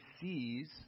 sees